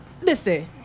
listen